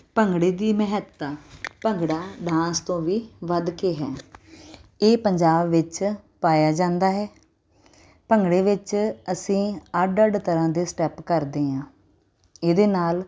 ਭੰਗੜੇ ਦੀ ਮਹੱਤਤਾ ਭੰਗੜਾ ਡਾਂਸ ਤੋਂ ਵੀ ਵੱਧ ਕੇ ਹੈ ਇਹ ਪੰਜਾਬ ਵਿੱਚ ਪਾਇਆ ਜਾਂਦਾ ਹੈ ਭੰਗੜੇ ਵਿੱਚ ਅਸੀਂ ਅੱਡ ਅੱਡ ਤਰ੍ਹਾਂ ਦੇ ਸਟੈਪ ਕਰਦੇ ਹਾਂ ਇਹਦੇ ਨਾਲ